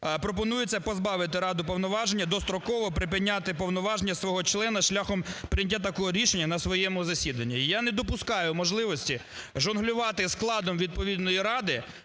Пропонується позбавити раду повноваження достроково припиняти повноваження свого члена шляхом прийняття такого рішення на своєму засіданні. Я не допускаю можливості жонглювати складом відповідної ради